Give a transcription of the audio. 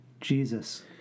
Jesus